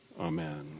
Amen